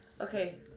Okay